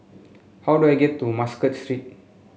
how do I get to Muscat Street